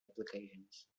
applications